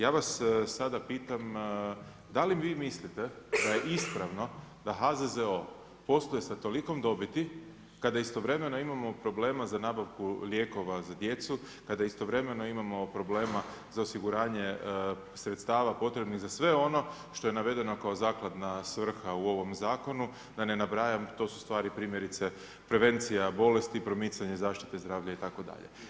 Ja vas sada pitam da li vi mislite da je ispravno da HZZO posluje sa tolikom dobiti kada istovremeno imamo problema za nabavku lijekova za djecu, kada istovremeno imamo problema za osiguranje sredstava potrebnih za sve ono što je navedeno kao zakladna svrha u ovom zakonu, da ne nabrajam to su stvari primjerice prevencija bolesti, promicanje zaštite zdravlja itd.